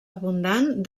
abundant